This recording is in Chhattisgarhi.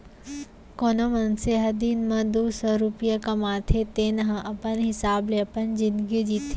कोनो मनसे ह दिन म दू सव रूपिया कमाथे तेन ह अपन हिसाब ले अपन जिनगी जीथे